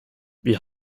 wir